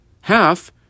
half